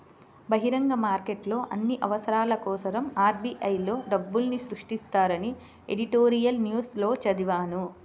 బహిరంగ మార్కెట్లో అన్ని అవసరాల కోసరం ఆర్.బి.ఐ లో డబ్బుల్ని సృష్టిస్తారని ఎడిటోరియల్ న్యూస్ లో చదివాను